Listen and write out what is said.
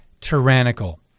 tyrannical